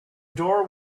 door